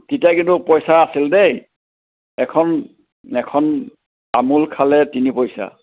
তেতিয়া কিন্তু পইচা আছিল দেই এখন এখন তামোল খালে তিনি পইচা